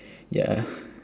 ya